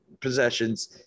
possessions